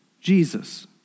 Jesus